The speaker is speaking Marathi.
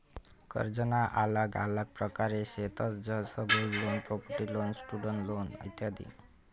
कर्जना आल्लग आल्लग प्रकार शेतंस जसं gold loan, property loan, student loan इत्यादी